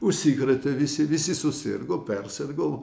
užsikrėtė visi visi susirgo persirgo